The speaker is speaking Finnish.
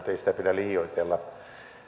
ei sitä pidä liioitella